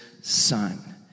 son